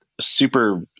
super